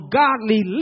godly